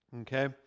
Okay